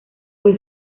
fue